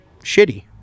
shitty